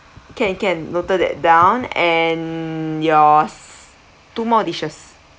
can can noted that down and yours two more dishes